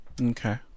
Okay